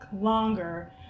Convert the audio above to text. longer